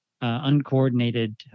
uncoordinated